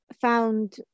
found